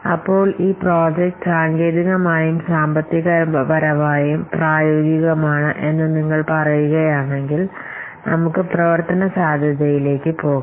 അപ്പോൾ ഈ പ്രോജക്ട് സാങ്കേതികമായും സാമ്പത്തികപരമായും പ്രായോഗികമാണ് എന്നു നിങ്ങൾ പറയുകയാണെങ്കിൽ നമുക്ക് പ്രവർത്തന സാധ്യതയിലേക് പോകാം